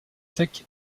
sec